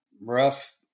rough